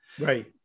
Right